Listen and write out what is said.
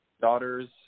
daughters